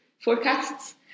forecasts